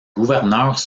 gouverneurs